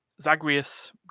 Zagreus